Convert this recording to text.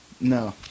No